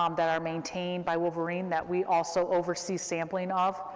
um that are maintained by wolverine, that we also oversee sampling of,